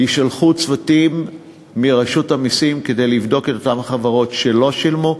יישלחו צוותים מרשות המסים כדי לבדוק את אותן החברות שלא שילמו,